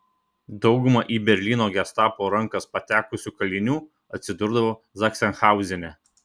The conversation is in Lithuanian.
dauguma į berlyno gestapo rankas patekusių kalinių atsidurdavo zachsenhauzene